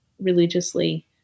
religiously